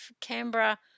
Canberra